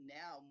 now